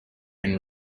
and